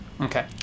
Okay